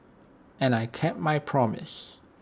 and I kept my promise